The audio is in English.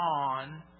on